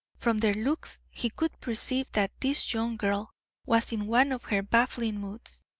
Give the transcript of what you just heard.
from their looks he could perceive that this young girl was in one of her baffling moods,